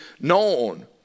known